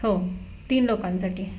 हो तीन लोकांसाठी